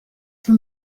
for